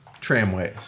Tramways